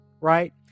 Right